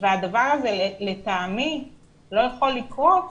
והדבר הזה לטעמי לא יכול לקרות